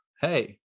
hey